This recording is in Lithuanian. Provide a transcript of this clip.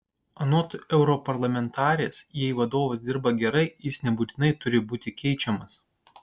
anot europarlamentarės jei vadovas dirba gerai jis nebūtinai turi būti keičiamas